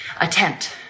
attempt